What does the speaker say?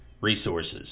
resources